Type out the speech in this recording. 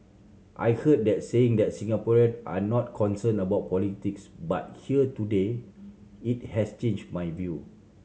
I heard the saying that Singaporean are not concerned about politics but here today it has changed my view